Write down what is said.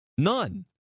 None